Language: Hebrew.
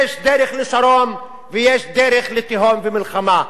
יש דרך לשלום, ויש דרך לתהום ומלחמה.